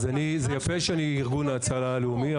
זה יפה שאני ארגון ההצלה הלאומי,